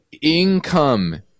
income